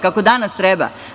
Kako danas treba?